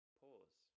pause